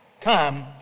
come